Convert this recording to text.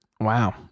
Wow